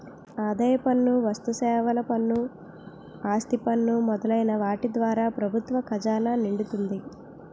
ఆదాయ పన్ను వస్తుసేవల పన్ను ఆస్తి పన్ను మొదలైన వాటి ద్వారా ప్రభుత్వ ఖజానా నిండుతుంది